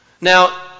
Now